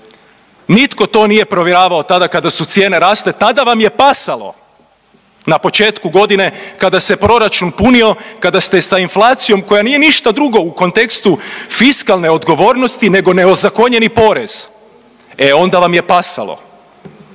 Nitko to nije provjeravao tada kada su cijene rasle, tada vam je pasalo na početku godine kada se proračun punio, kada ste sa inflacijom koja nije ništa drugo u kontekstu fiskalne odgovornosti nego neozakonjeni porez. E onda vam je pasalo.